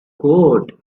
code